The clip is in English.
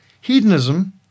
Hedonism